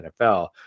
NFL